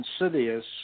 insidious